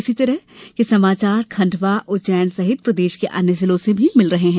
इसी तरह के समाचार खंडवाउज्जैन सहित प्रदेश के अन्य जिलों से भी मिल रहे हैं